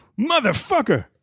Motherfucker